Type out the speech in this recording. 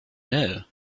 know